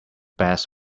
best